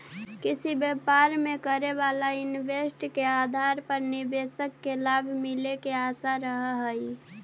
किसी व्यापार में करे वाला इन्वेस्ट के आधार पर निवेशक के लाभ मिले के आशा रहऽ हई